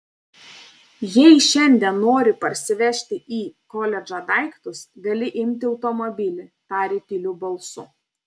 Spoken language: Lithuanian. jei šiandien nori parsivežti į koledžą daiktus gali imti automobilį tarė tyliu balsu